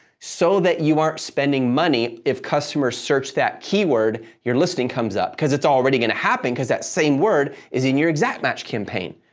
so that you aren't spending money if customers search that keyword, your listing comes up, cause it's already going to happen, cause that same word is in your exact match campaign.